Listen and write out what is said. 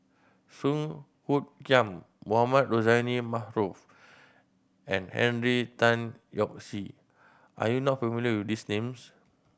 Song Hoot Kiam Mohamed Rozani Maarof and Henry Tan Yoke See are you not familiar with these names